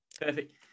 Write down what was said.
Perfect